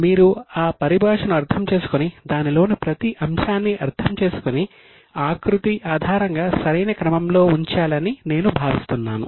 మీరు ఆ పరిభాషను అర్థం చేసుకుని దానిలోని ప్రతి అంశాన్ని అర్థం చేసుకుని ఆకృతి ఆధారంగా సరైన క్రమంలో ఉంచాలని నేను భావిస్తున్నాను